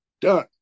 Done